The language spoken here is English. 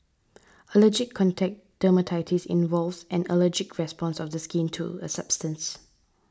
allergic contact dermatitis involves an allergic response of the skin to a substance